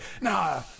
nah